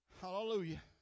Hallelujah